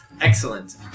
Excellent